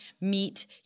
meet –